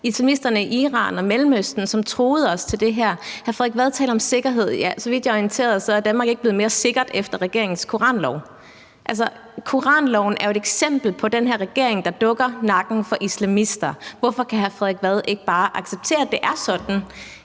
islamisterne i Iran og Mellemøsten, som truede os til det her. Hr. Frederik Vad taler om sikkerhed. Så vidt jeg er orienteret, er Danmark ikke blevet mere sikkert efter regeringens koranlov. Koranloven er jo et eksempel på, at den her regering dukker nakken for islamister. Hvorfor kan hr. Frederik Vad ikke bare acceptere, at det er sådan,